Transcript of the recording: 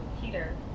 Peter